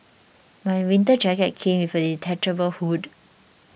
my winter jacket came with a detachable hood